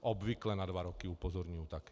Obvykle na dva roky, upozorňuji také.